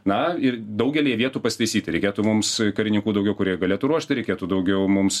na ir daugelyje vietų pasitaisyti reikėtų mums karininkų daugiau kurie galėtų ruošti reikėtų daugiau mums